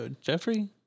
Jeffrey